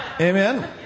Amen